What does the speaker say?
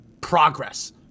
progress